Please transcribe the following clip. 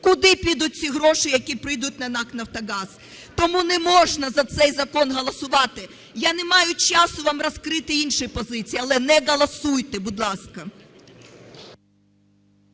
Куди підуть ці гроші, які прийдуть на НАК "Нафтогаз"? Тому не можна за цей закон голосувати. Я не маю часу вам розкрити інші позиції, але не голосуйте, будь ласка.